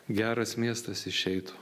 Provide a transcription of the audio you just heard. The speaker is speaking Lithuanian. geras miestas išeitų